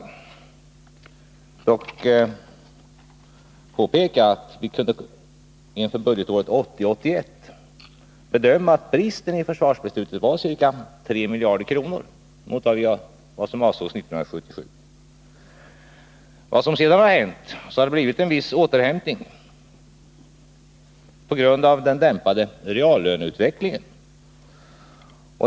Jag vill då påpeka att vi inför budgetåret 1980/81 kunde bedöma att bristen i försvarsbeslutet var ca 3 miljarder kr. gentemot vad som avsågs 1977. Vad som sedan har hänt är att en viss återhämtning skett på grund av den dämpade reallöneutvecklingen.